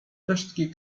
resztki